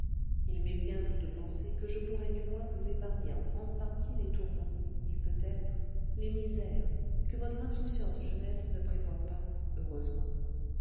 il m'est bien doux de penser que je pourrai du moins vous épargner en grande partie les tourments et peut-être les misères que votre insouciante jeunesse ne prévoit pas heureusement